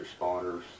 responders